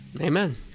Amen